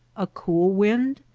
a cool wind?